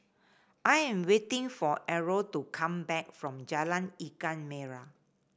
I am waiting for Errol to come back from Jalan Ikan Merah